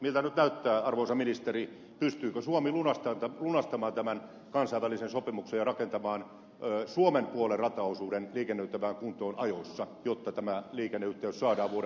miltä nyt näyttää arvoisa ministeri pystyykö suomi lunastamaan tämän kansainvälisen sopimuksen ja rakentamaan suomen puolen rataosuuden liikennöitävään kuntoon ajoissa jotta tämä liikenneyhteys saadaan vuodenvaihteessa käyntiin